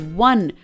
one